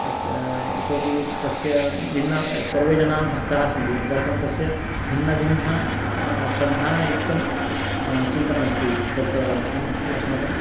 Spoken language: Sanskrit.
तत्र इतोपि तस्य भिन्नः सर्वे जनाः भक्ताः सन्ति तदर्थं तस्य भिन्नभिन्नः श्रद्धायुक्तं चिन्तनमस्ति तत् किम् अस्ति अस्माकं